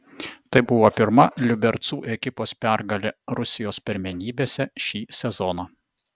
tai buvo pirma liubercų ekipos pergalė rusijos pirmenybėse šį sezoną